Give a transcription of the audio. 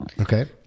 Okay